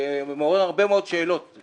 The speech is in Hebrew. שמעורר הרבה מאוד שאלות אצלי.